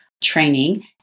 training